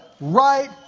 right